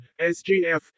SGF